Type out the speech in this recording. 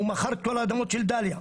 הוא מכר את כל האדמות של דאליה.